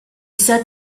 said